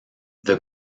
the